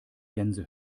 gänse